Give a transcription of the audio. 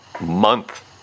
month